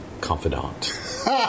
confidant